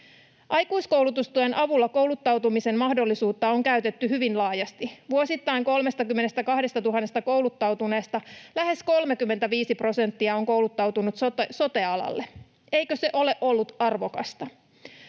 Aikuiskoulutustuen avulla kouluttautumisen mahdollisuutta on käytetty hyvin laajasti. Vuosittain 32 000 kouluttautuneesta lähes 35 prosenttia on kouluttautunut sote-alalle. Eikö se ole ollut arvokasta?